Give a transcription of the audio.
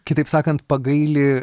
kitaip sakant pagaili